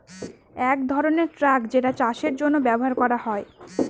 এক ধরনের ট্রাক যেটা চাষের জন্য ব্যবহার করা হয়